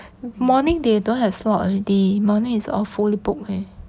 morning they don't have slot already morning is all fully booked leh